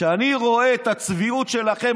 כשאני רואה את הצביעות שלכם,